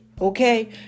Okay